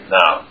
now